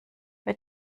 wer